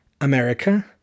America